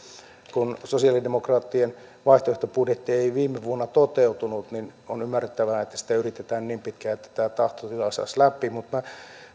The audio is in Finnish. kun sosialidemokraattien vaihtoehtobudjetti ei viime vuonna toteutunut on ymmärrettävää että sitä yritetään niin pitkään että tämän tahtotilan saisi läpi